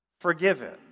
forgiven